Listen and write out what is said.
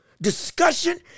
discussion